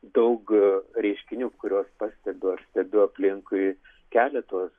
daug reiškinių kuriuos pastebiu ar stebiu aplinkui kelia tuos